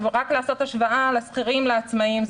רק לעשות השוואה לשכירים ולעצמאים.